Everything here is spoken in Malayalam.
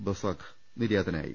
ബസാഖ് നിര്യാതനായി